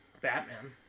Batman